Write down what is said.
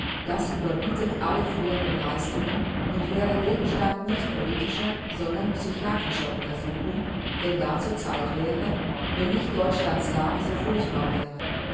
das überbietet alle früheren leistungen und wäre gegenstand nicht politischer sondern psychiatrischer untersuchung wenn dazu zeit wäre wenn nicht deutschlands lage so furchtbar wäre